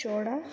ચોળા